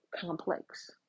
complex